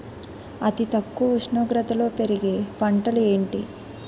అతి తక్కువ ఉష్ణోగ్రతలో పెరిగే పంటలు ఏంటి?